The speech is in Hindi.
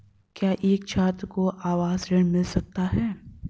क्या एक छात्र को आवास ऋण मिल सकता है?